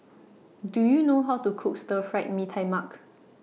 Do YOU know How to Cook Stir Fried Mee Tai Mak